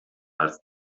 als